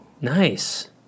Nice